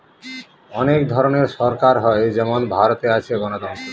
অনেক ধরনের সরকার হয় যেমন ভারতে আছে গণতন্ত্র